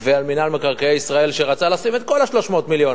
ועל מינהל מקרקעי ישראל שרצה לשים את כל 300 המיליון,